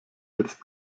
jetzt